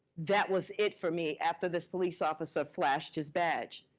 that was it for me after this police officer flashed his badge.